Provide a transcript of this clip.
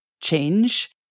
change